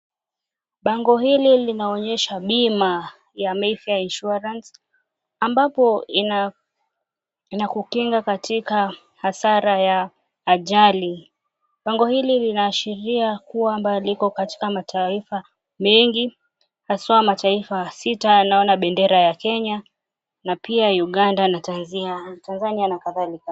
Bango hili linaonyesha bima ya "MAYFAIR INSUARANCE", ambapo inakukinga katika hasara ya ajali. Bango hili linaashiria kwamba liko katika mataifa mengi haswa mataifa sita, naona bendera ya Kenya na pia Uganda, Tanzania na kathalika.